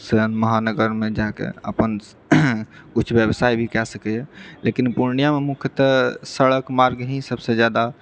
फेन महानगरमे जाए कऽ अपन किछु व्यवसाय भी कए सकैए लेकिन पूर्णियामे मुख्यतः सड़क मार्ग ही सबसँ जादा